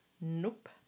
Nope